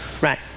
right